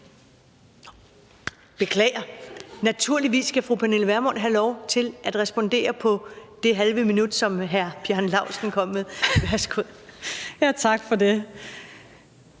beklager, naturligvis skal fru Pernille Vermund have lov til at respondere på det, som hr. Bjarne Laustsen kom med i det halve minut.